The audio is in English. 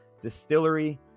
Distillery